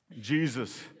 Jesus